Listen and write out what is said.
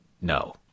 no